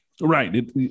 Right